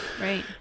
Right